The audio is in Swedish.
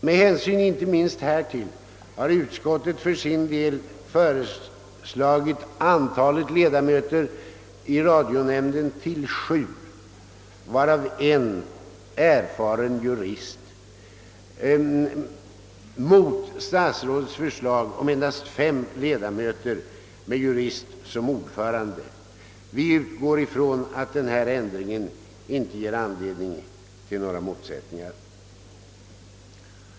Med hänsyn inte minst härtill har utskottet för sin del föreslagit antalet ledamöter i radionämnden till sju, varav en erfaren jurist, mot statsrådets förslag om endast fem ledamöter med en jurist som ordförande. Vi utgår från att denna ändring inte ger anledning till några motsättningar.